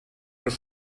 los